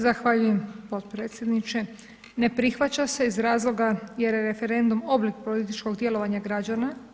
Zahvaljujem podpredsjedniče, ne prihvaća se iz razloga jer je referendum oblik političkog djelovanja građana.